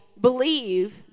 believe